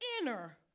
inner